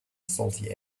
salty